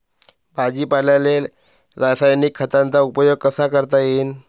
भाजीपाल्याले रासायनिक खतांचा उपयोग कसा करता येईन?